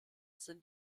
sind